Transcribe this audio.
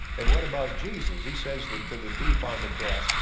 and what about jesus he says that to the thief on the cross,